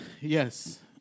Yes